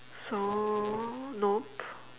so nope